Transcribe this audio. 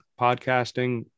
podcasting